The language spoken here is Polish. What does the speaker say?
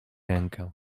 rękę